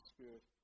Spirit